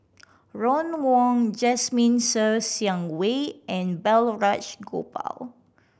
Ron Wong Jasmine Ser Xiang Wei and Balraj Gopal